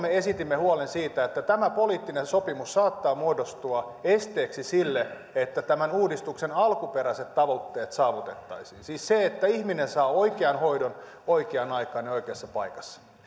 me esitimme huolemme siitä että tämä poliittinen sopimus saattaa muodostua esteeksi sille että tämän uudistuksen alkuperäiset tavoitteet saavutettaisiin siis se että ihminen saa oikean hoidon oikeaan aikaan ja oikeassa paikassa